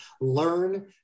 learn